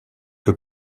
que